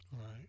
Right